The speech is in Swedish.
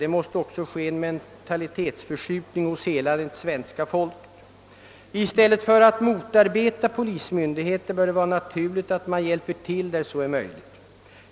Det måste också ske en mentalitetsförskjutning hos hela svenska folket. I stället för att motarbeta polismyndigheten bör det vara naturligt att hjälpa till där så är möjligt.